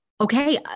okay